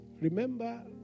Remember